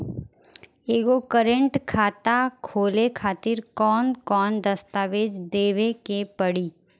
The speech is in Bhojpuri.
एगो करेंट खाता खोले खातिर कौन कौन दस्तावेज़ देवे के पड़ी?